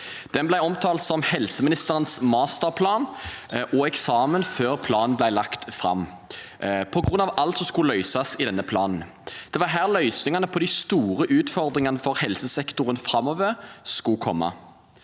Den ble omtalt som helseministerens «masterplan» og eksamen før den ble lagt fram, på grunn av alt som skulle løses i denne planen. Det var her løsningene på de store utfordringene for helsesektoren framover skulle komme.